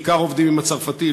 בעיקר עובדים עם הצרפתי,